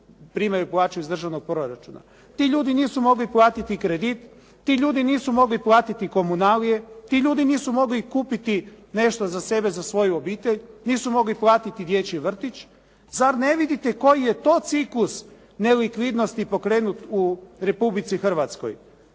primaju plaću iz državnog proračuna. Ti ljudi nisu mogli platiti kredit, ti ljudi nisu mogli platiti komunalije, ti ljudi nisu mogli kupiti nešto za sebe, za svoju obitelj, nisu mogli platiti dječji vrtić. Zar ne vidite koji je to ciklus nelikvidnosti pokrenut u Republici Hrvatskoj?